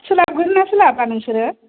सोलाबगोन ना सोलाबा नोंसोरो